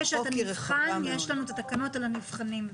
יש לנו את התקנות על נבחנים.